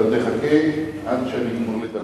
אתה תחכה עד שאני אגמור לדבר.